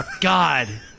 God